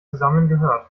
zusammengehört